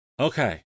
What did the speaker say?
Okay